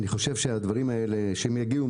הדברים האלה שיגיעו,